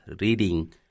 reading